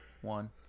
one